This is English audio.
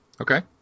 Okay